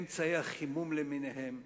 אמצעי החימום למיניהם,